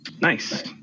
Nice